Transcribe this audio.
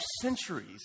centuries